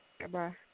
Bye-bye